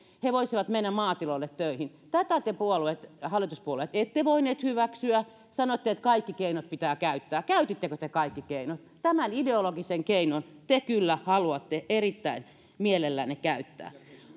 he voisivat mennä maatiloille töihin tätä te hallituspuolueet ette voineet hyväksyä sanoitte että kaikki keinot pitää käyttää käytittekö te kaikki keinot tämän ideologisen keinon te kyllä haluatte erittäin mielellänne käyttää